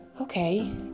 okay